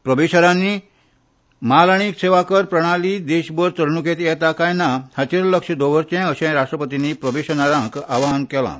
प्रोबेशनरांनी म्हाल आनी सेवा कर प्रणाली पुराय देशभर चलणुकेंत येता काय ना हाचेर लक्ष दवरचें अशेंय राष्ट्रपतींनी प्रबोशनरांक आवाहन केलां